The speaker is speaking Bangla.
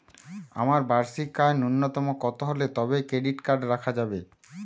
আমার বার্ষিক আয় ন্যুনতম কত হলে তবেই ক্রেডিট কার্ড রাখা যাবে?